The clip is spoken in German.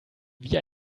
wie